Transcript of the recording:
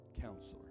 counselor